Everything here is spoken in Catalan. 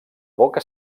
boca